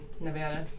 Nevada